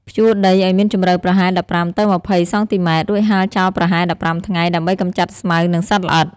ភ្ជួរដីឱ្យមានជម្រៅប្រហែល ១៥ ទៅ ២០ សង់ទីម៉ែត្រ រួចហាលចោលប្រហែល ១៥ ថ្ងៃ ដើម្បីកម្ចាត់ស្មៅ និងសត្វល្អិត។